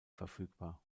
verfügbar